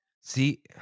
See